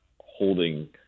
holding